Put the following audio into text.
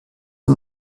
nur